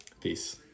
Peace